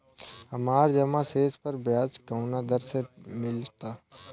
हमार जमा शेष पर ब्याज कवना दर से मिल ता?